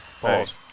Pause